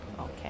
Okay